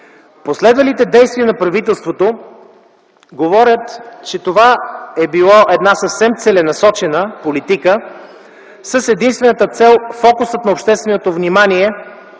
Последвалите действия на правителството говорят, че това е било една съвсем целенасочена политика с единствената цел фокусът на общественото внимание